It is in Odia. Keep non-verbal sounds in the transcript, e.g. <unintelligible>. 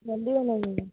<unintelligible>